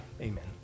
amen